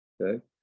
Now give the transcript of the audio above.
okay